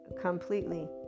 completely